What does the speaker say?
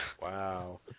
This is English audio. Wow